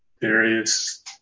various